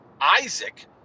Isaac